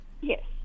Yes